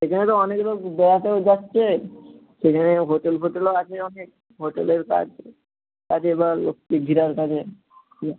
সেখানে তো অনেক লোক বেড়াতেও যাচ্ছে সেখানে হোটেল ফোটেলও আছে অনেক হোটেলের কাজ কাজে বা কাজে হুম